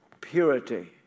purity